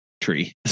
tree